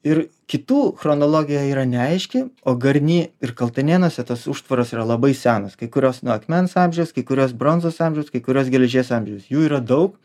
ir kitų chronologija yra neaiški o garny ir kaltanėnuose tos užtvaros yra labai senos kai kurios nuo akmens amžiaus kai kurios bronzos amžiaus kai kurios geležies amžiaus jų yra daug